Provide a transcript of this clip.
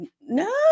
no